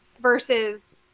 versus